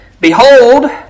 Behold